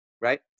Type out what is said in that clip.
Right